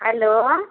hello